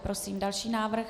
Prosím další návrh.